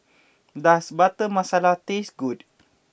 does Butter Masala taste good